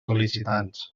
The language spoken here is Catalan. sol·licitants